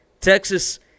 Texas